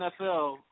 NFL